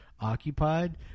occupied